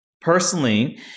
personally